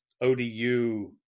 ODU